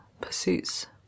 pursuits